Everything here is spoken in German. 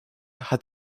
hat